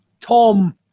Tom